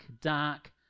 dark